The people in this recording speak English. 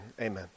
amen